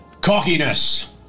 Cockiness